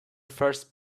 first